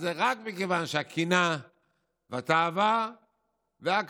אז זה רק מכיוון שהקנאה והתאווה והכבוד